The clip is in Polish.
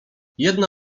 jedne